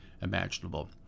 imaginable